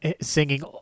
singing